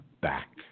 back